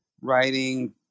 writing